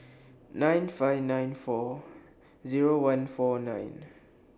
nine five nine four Zero one four nine